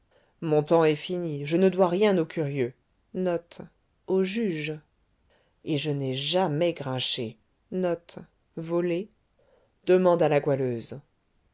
mon temps est fini je ne dois rien aux curieux et je n'ai jamais grinché demande à la goualeuse